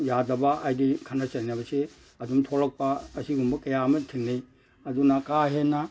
ꯌꯥꯗꯕ ꯍꯥꯏꯗꯤ ꯈꯠꯅ ꯆꯩꯅꯕꯁꯤ ꯑꯗꯨꯝ ꯊꯣꯛꯂꯛꯄ ꯑꯁꯤꯒꯨꯝꯕ ꯀꯌꯥ ꯑꯃ ꯊꯦꯡꯅꯩ ꯑꯗꯨꯅ ꯀꯥ ꯍꯦꯟꯅ